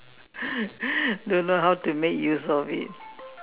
don't know how to make use of it